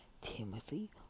Timothy